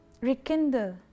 rekindle